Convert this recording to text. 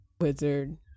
wizard